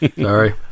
sorry